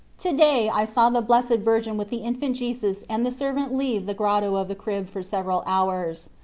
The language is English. to-day i saw the blessed virgin with the infant jesus and the servant leave the grotto of the crib for several hours.